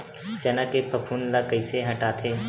चना के फफूंद ल कइसे हटाथे?